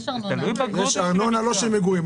יש ארנונה לא של מגורים,